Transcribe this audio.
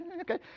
Okay